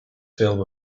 film